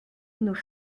nous